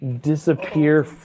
Disappear